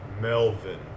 Melvin